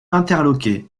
interloqué